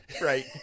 Right